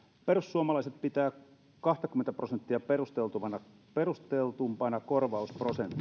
perussuomalaiset pitää kahtakymmentä prosenttia perustellumpana korvausprosenttina on